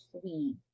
sweet